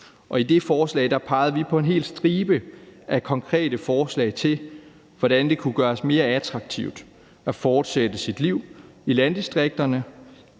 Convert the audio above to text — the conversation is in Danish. og i det udspil pegede vi på en hel stribe af konkrete forslag til, hvordan det kunne gøres mere attraktivt at fortsætte sit liv i landdistrikterne